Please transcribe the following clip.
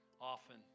often